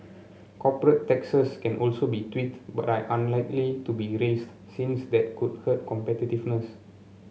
corporate taxes can also be tweaked but are unlikely to be raised since that could hurt competitiveness